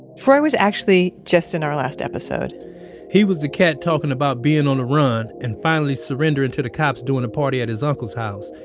troy was actually just in our last episode he was the cat talking about being on the run and finally surrendering to the cops, during a party at his uncle's house.